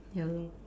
ya lor